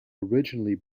originally